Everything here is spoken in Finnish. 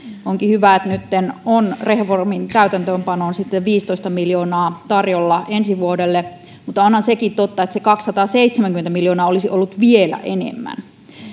onkin hyvä että nytten on reformin täytäntöönpanoon viisitoista miljoonaa tarjolla ensi vuodelle mutta onhan sekin totta että se kaksisataaseitsemänkymmentä miljoonaa olisi ollut vielä enemmän